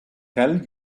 tell